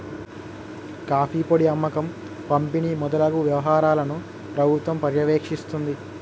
coffee పొడి అమ్మకం పంపిణి మొదలగు వ్యవహారాలను ప్రభుత్వం పర్యవేక్షిస్తుంది